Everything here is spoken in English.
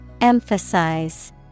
Emphasize